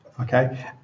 okay